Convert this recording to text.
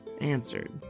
answered